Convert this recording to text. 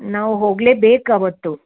ನಾವು ಹೋಗ್ಲೇಬೇಕು ಅವತ್ತು